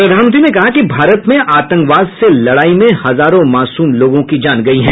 प्रधानमंत्री ने कहा कि भारत में आतंकवाद से लडाई में हजारों मासूम लोगों की जान गई है